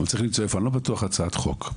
אני לא בטוח שכהצעת חוק.